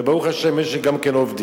וברוך השם יש לי גם כן עובדים.